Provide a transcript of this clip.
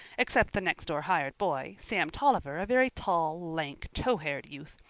except the next-door hired boy sam toliver, a very tall, lank, tow-haired youth.